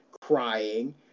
crying